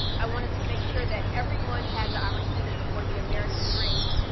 i wanted to make sure that everyone had the opportunity for the american dream,